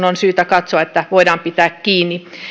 on syytä katsoa että siitä voidaan pitää kiinni